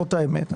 זו האמת.